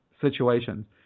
situations